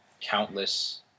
countless